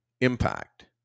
impact